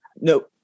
no